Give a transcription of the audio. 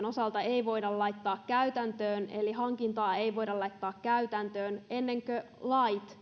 osalta ei voida laittaa käytäntöön eli hankintaa ei voida laittaa käytäntöön ennen kuin lait